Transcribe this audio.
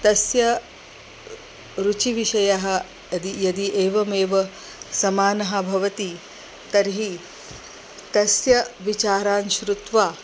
तस्य रुचिविषयः यदि यदि एवमेव समानः भवति तर्हि तस्य विचारान् श्रुत्वा